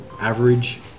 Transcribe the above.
average